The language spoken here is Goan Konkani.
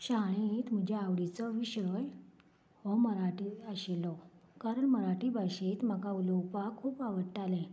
शाळेंत म्हजे आवडीचो विशय हो मराठी आशिल्लो कारण मराठी भाशेंत म्हाका उलोवपाक खूब आवडटालें